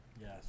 Yes